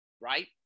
right